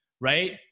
Right